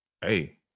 Hey